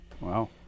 Wow